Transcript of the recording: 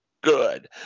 good